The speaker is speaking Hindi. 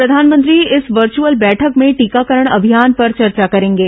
प्रधानमंत्री इस वर्चअुल बैठक में टीकाकरण अभियान पर चर्चा करेंगे